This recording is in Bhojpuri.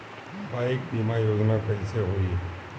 बाईक बीमा योजना कैसे होई?